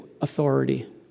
authority